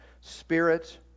spirit